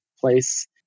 place